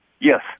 yes